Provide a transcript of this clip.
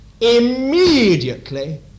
immediately